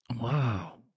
wow